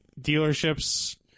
dealerships